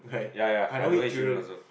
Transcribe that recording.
ya ya I don't hate children also